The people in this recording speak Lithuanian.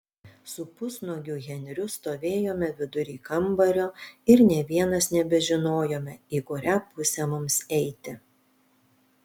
su pusnuogiu henriu stovėjome vidury kambario ir nė vienas nebežinojome į kurią pusę mums eiti